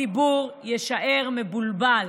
הציבור יישאר מבולבל?